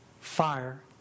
fire